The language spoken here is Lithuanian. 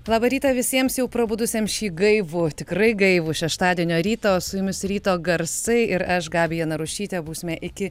labą rytą visiems jau prabudusiem šį gaivų tikrai gaivų šeštadienio rytą o su jumis ryto garsai ir aš gabija narušytė būsime iki